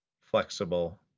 flexible